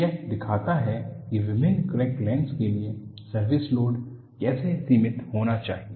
तो यह दिखाता है कि विभिन्न क्रैक लेंथस के लिए सर्विस लोड कैसे सीमित होना चाहिए